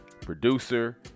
producer